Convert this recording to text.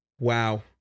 Wow